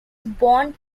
born